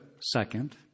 second